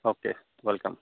okay welcome